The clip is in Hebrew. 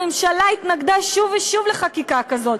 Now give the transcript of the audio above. הממשלה התנגדה שוב ושוב לחקיקה כזאת.